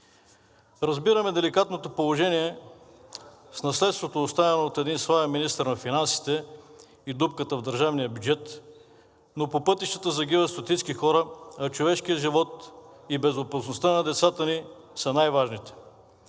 Разбираме деликатното положение с наследството, оставено от един славен министър на финансите, и дупката в държавния бюджет, но по пътищата загиват стотици хора, а човешкият живот и безопасността на децата ни са най-важните.